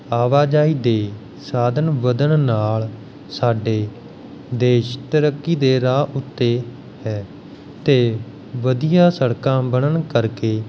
ਅਵਾਜਾਈ ਦੇ ਸਾਧਨ ਵਧਣ ਨਾਲ ਸਾਡੇ ਦੇਸ਼ ਤਰੱਕੀ ਦੇ ਰਾਹ ਉੱਤੇ ਹੈ ਅਤੇ ਵਧੀਆ ਸੜਕਾਂ ਬਣਨ ਕਰਕੇ